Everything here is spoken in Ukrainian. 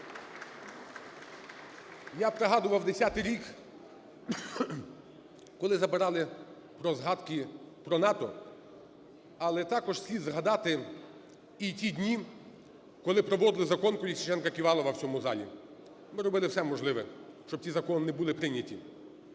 Я пригадував десятий рік, коли забирали про згадки про НАТО, але також слід згадати і ті дні, коли проводили "Закон Колесніченка-Ківалова" в цьому залі. Ми робили все можливе, щоб ці закони не були прийняті.